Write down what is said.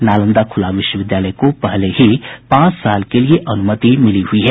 नालंदा खुला विश्वविद्यालय को पहले ही पांच साल के लिए अनुमति मिली हुई है